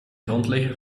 grondlegger